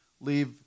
leave